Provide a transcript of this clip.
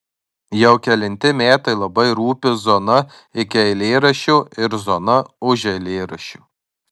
jau kelinti metai labai rūpi zona iki eilėraščio ir zona už eilėraščio